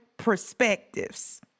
perspectives